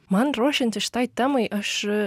man ruošiantis šitai temai aš